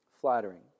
Flattering